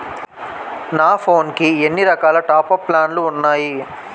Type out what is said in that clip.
నా ఫోన్ కి ఎన్ని రకాల టాప్ అప్ ప్లాన్లు ఉన్నాయి?